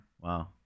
wow